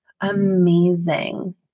amazing